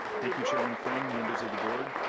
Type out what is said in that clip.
thank you, chairman friend, members of the board,